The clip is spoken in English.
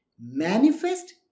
Manifest